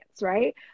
right